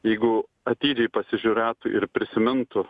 jeigu atidžiai pasižiūrėtų ir prisimintų